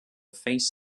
face